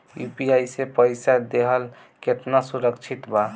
UPI से पईसा देहल केतना सुरक्षित बा?